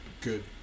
Good